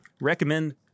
recommend